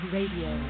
Radio